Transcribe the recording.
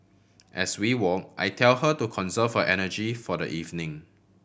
as we walk I tell her to conserve her energy for the evening